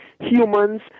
humans